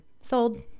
sold